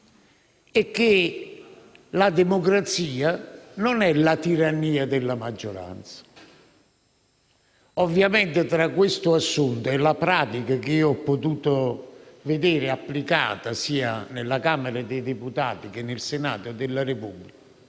e che la democrazia non è la tirannia della maggioranza. Ovviamente, tra questo assunto e la pratica che ho potuto vedere applicata sia alla Camera dei deputati che al Senato della Repubblica